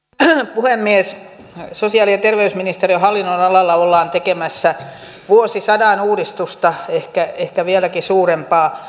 puhemies sosiaali ja terveysministeriön hallinnonalalla ollaan tekemässä vuosisadan uudistusta ehkä ehkä vieläkin suurempaa